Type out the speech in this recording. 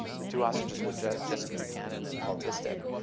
the two hostages were jessica buchanan and poul thisted,